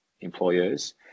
employers